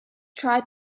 tried